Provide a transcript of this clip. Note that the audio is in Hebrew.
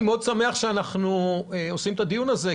אני מאוד שמח שאנחנו עושים את הדיון הזה,